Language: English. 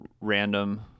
random